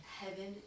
heaven